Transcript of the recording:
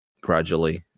gradually